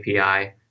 api